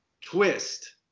twist